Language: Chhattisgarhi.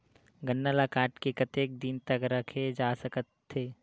गन्ना ल काट के कतेक दिन तक रखे जा सकथे?